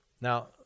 Now